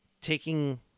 taking